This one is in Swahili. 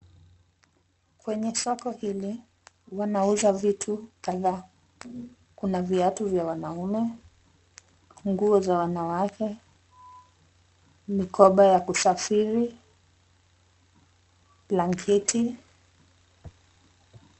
Kwenye soko hili, wanauza vitu kadhaa. Kuna viatu vya wanaume, nguo za wanawake, mikoba ya kusafiri, blanketi.